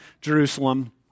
Jerusalem